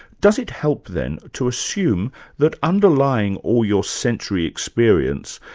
does it help, then, to assume that, underlying all your sensory experiences,